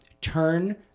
turn